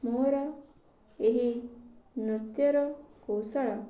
ମୋର ଏହି ନୃତ୍ୟର କୌଶଳ